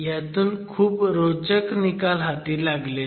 ह्यातून खूप रोचक निकाल हाती लागले